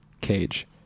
cage